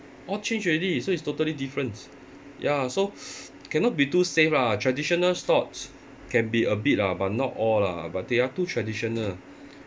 all change already so it's totally different ya so cannot be too safe lah traditional stocks can be a bit lah but not all lah but they are too traditional